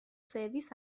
سرویس